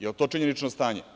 Jel to činjenično stanje?